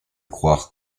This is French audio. croire